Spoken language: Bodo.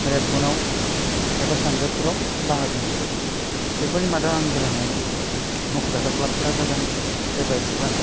रेबगनाव एबा सानरेबफ्राव बाहागो मोनबोदों बेफोरनि मादाव आं गेलेनाय मख'जाथाव क्लाबफ्रा जादों एबारेस्ट क्लाब